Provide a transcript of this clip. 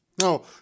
No